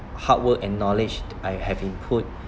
hard work and knowledge I have input